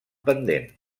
pendent